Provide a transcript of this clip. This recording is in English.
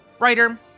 writer